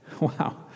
Wow